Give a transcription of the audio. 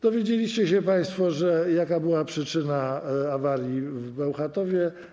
Dowiedzieliście się państwo, jaka była przyczyna awarii w Bełchatowie.